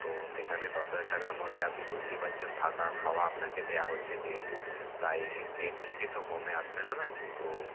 তো সেখানে দশ হাজার টাকার মধ্যে আপনি বুসতেই পাচ্ছেন থাকা খাওয়া আপনাকে দেয়া হচ্ছে যেহেতু তাই এর থেকে তো কমে আসবে না ম্যাম তো